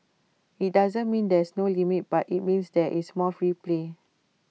IT doesn't mean there's no limits but IT means there is more free play